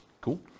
Cool